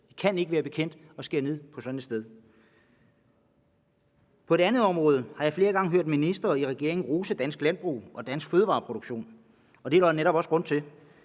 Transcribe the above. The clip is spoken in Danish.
Vi kan ikke være bekendt at skære ned på sådan et sted. På et andet område har jeg flere gange hørt ministre i regeringen rose dansk landbrug og dansk fødevareproduktion. Det er der netop også grund til.